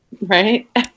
Right